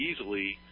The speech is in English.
easily